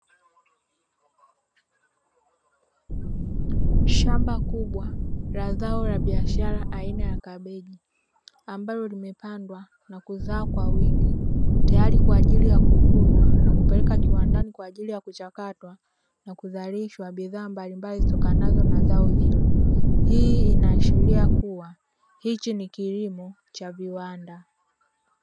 Shamba kubwa la zao la biashara aina ya kabeji ambalo limepandwa na kuzaa kwa wingi, teyari kwa ajili ya kuvunwa na kupeleka kiwandani kwa ajili ya kuchakatwa na kuzalishwa bidhaa mbalimbali zitokanazo na zao hilo. Hii inaashiria kuwa hichi ni kilimo cha viwanda.